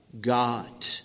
God